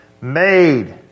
made